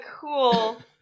Cool